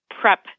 prep